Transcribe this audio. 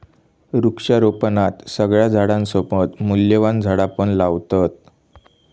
वृक्षारोपणात सगळ्या झाडांसोबत मूल्यवान झाडा पण लावतत